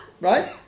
Right